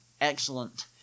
excellent